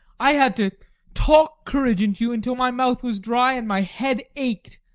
i had to talk courage into you until my mouth was dry and my head ached.